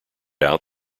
out